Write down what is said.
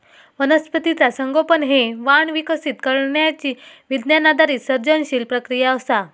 वनस्पतीचा संगोपन हे वाण विकसित करण्यची विज्ञान आधारित सर्जनशील प्रक्रिया असा